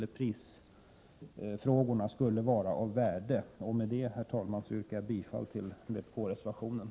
1987/88:124 gäller prisfrågorna skulle vara av värde. 20 maj 1988 § FTV ä É é Herr talman! Med detta yrkar jag bifall till vpk-reservationen.